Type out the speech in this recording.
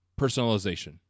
personalization